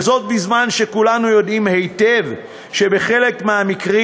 וזאת בזמן שכולנו יודעים היטב שבחלק מהמקרים